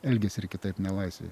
elgiasi ir kitaip nelaisvėj